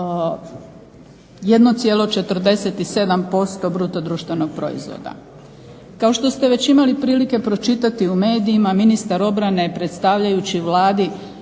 1,47% BDP-a. Kao što ste već imali prilike pročitati u medijima, ministar obrane je predstavljajući Vladi